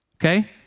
Okay